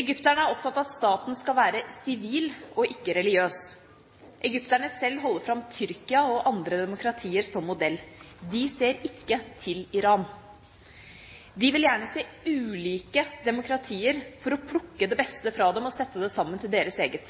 Egypterne er opptatt av at staten skal være sivil og ikke religiøs. Egypterne sjøl holder fram Tyrkia og andre demokratier som modell. De ser ikke til Iran. De vil gjerne se ulike demokratier for å plukke det beste fra dem og sette det sammen til deres eget.